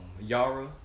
Yara